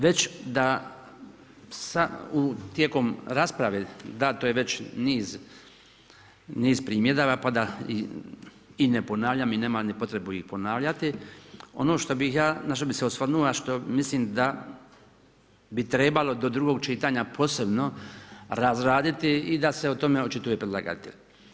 Već tijekom rasprave dato je već niz primjedaba pa da i ne ponavljam i nemam potrebe ih ponavljati, ono što na što bih se osvrnuo a što mislim da bi trebalo do drugog čitanja posebno razraditi i da se o tome očituje predlagatelj.